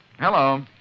Hello